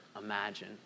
imagine